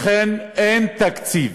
לכן אין תקציב: